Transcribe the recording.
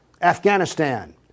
Afghanistan